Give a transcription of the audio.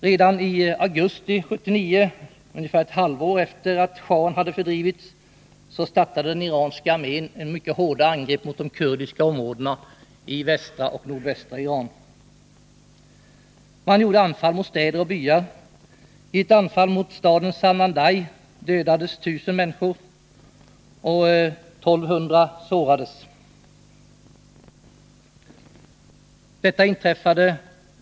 Redan i augusti 1979, ungefär ett halvår efter det att schahen hade fördrivits, startade den iranska armen mycket hårda angrepp mot de kurdiska områdena i västra och nordvästra Iran. Man gjorde anfall mot städer och byar. I ett anfall mot staden Sanandaj dödades 1000 människor och sårades 1200.